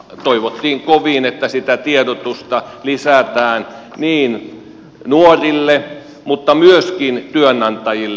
toivottiin kovin että sitä tiedotusta lisätään nuorille mutta myöskin työnantajille